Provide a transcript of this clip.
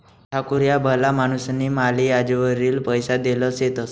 ठाकूर ह्या भला माणूसनी माले याजवरी पैसा देल शेतंस